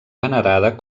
venerada